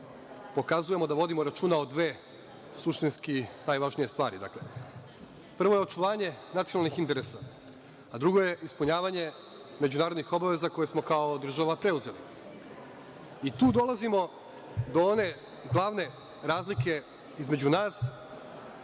pokazujemo da vodimo računa o dve suštinski najvažnije stvari. Dakle, prvo je očuvanje nacionalnih interesa, a drugo je ispunjavanje međunarodnih obaveza koje smo kao država preuzeli, i tu dolazimo do one davne razlike između nas